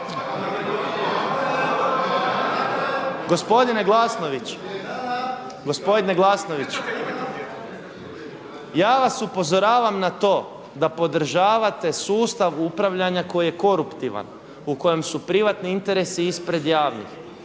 Gospodine Glasnović, ja vas upozoravam na to da podržavate sustav upravljanja koji je koruptivan u kojem su privatni interesi ispred javnih